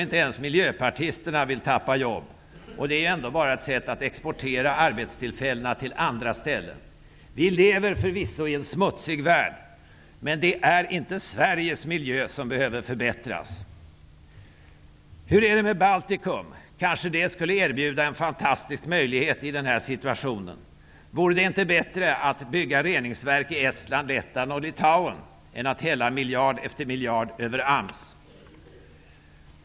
Inte ens miljöpartisterna vill tappa jobb, tror jag, och miljöskatter är ändå bara ett sätt att exportera arbetstillfällena till andra ställen. Vi lever förvisso i en smutsig värld, men det är inte Sveriges miljö som behöver förbättras. Hur är det med Baltikum? Kanske det skulle erbjuda en fantastisk möjlighet i den här situationen? Vore det inte bättre att bygga reningsverk i Estland, Lettland och Litauen än att hälla miljard efter miljard över AMS?